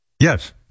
Yes